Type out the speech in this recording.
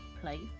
place